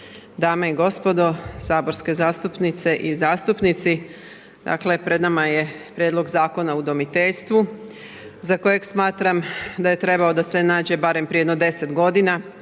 dame i gospodo saborske zastupnice i zastupnici. Dakle, pred nama je Prijedlog zakona o udomiteljstvu za kojeg smatram da je trebao da se nađe prije jedno 10 godina